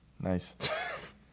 nice